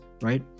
right